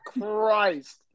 Christ